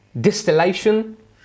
distillation